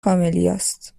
کاملیاست